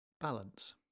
Balance